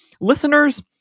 Listeners